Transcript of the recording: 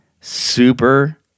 super